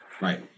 Right